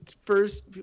first